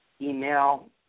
Email